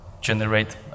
generate